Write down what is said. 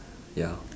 ya